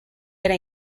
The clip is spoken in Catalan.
era